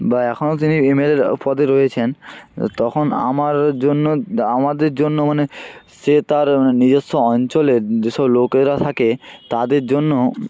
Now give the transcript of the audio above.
বা এখনো তিনি এমএলএ পদে রয়েছেন তখন আমার জন্য আমাদের জন্য মানে সে তার নিজস্ব অঞ্চলে যেসব লোকেরা থাকে তাদের জন্য